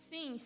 Sim